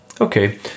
Okay